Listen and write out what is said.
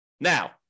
Now